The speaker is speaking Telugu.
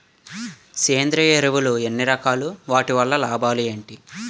సేంద్రీయ ఎరువులు ఎన్ని రకాలు? వాటి వల్ల లాభాలు ఏంటి?